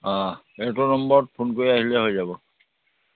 অ এইটো নম্বৰত ফোন কৰি আহিলেই হৈ যাব